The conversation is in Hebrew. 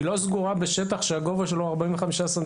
היא לא סוגרה בשטח שהגובה שלו הוא 45 סנטימטרים.